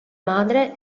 madre